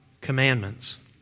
commandments